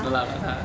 no lah but 她